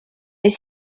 est